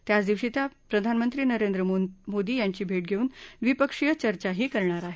त्याच दिवशी त्या प्रधानमंत्री नरेंद्र मोदी यांची भेट घेऊन द्विपक्षीय चर्चाही करणार आहेत